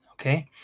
okay